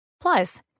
Plus